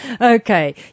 Okay